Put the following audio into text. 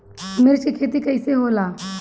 मिर्च के खेती कईसे होला?